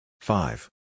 Five